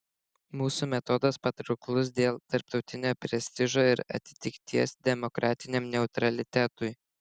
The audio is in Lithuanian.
mūsų metodas patrauklus dėl tarptautinio prestižo ir atitikties demokratiniam neutralitetui